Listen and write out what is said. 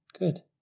Good